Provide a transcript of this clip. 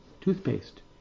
toothpaste